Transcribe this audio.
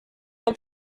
vom